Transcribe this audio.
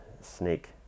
snake